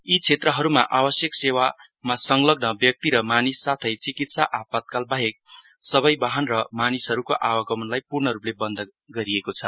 यी क्षेत्रहरूमा आवश्यक सेवामा संलग्न व्यक्ति र मानिस साथै चिकित्सा आपातकाल बाहेक सबै वाहन र मानिसहरुको आवागमनलाई पूर्णरुपले बन्द गरिएको छ